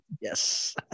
Yes